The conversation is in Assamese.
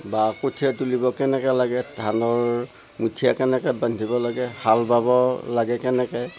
বা কঠিয়া তুলিব কেনেকে লাগে ধানৰ মুঠিয়া কেনেকে বান্ধিব লাগে হাল বাব লাগে কেনেকে